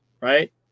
right